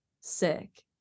sick